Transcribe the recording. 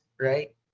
right